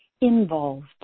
involved